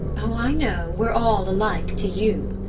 oh, i know we're all alike to you!